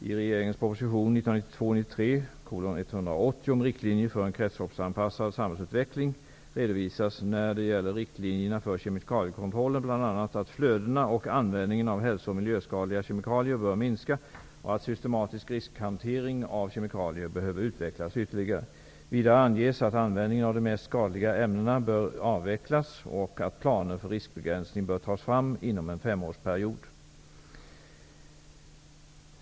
I regeringens proposition 1992/93:180 om riktlinjer för en kretsloppsanpassad samhällsutveckling redovisas när det gäller riktlinjerna för kemikaliekontrollen bl.a. att flödena och användningen av hälso och miljöskadliga kemikalier bör minska och att systematisk riskhantering av kemikalier behöver utvecklas ytterligare. Vidare anges att användningen av de mest skadliga ämnena bör avvecklas och att planer för riskbegränsning bör tas fram inom en femårsperiod.